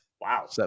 Wow